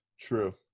True